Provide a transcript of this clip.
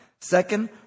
Second